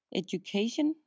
education